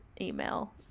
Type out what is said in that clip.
email